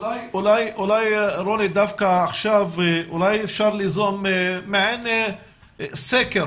אולי דווקא עכשיו אפשר ליזום מעין סקר